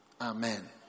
Amen